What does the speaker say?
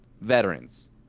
veterans